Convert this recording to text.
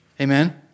Amen